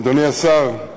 אדוני השר,